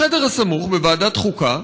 בחדר הסמוך, בוועדת החוקה,